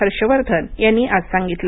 हर्ष वर्धन यांनी आज सांगितलं